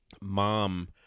mom